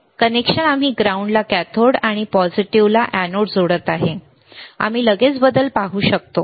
connection आम्ही ग्राउंडला cathode आणि पॉझिटिव्ह अॅनोडला जोडत आहोत आम्ही लगेच बदल पाहू शकतो